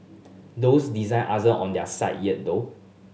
those design aren't on their site yet though